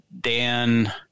Dan